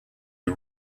who